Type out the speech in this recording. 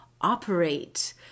operate